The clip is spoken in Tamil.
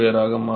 ஆக மாறும்